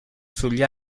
sugli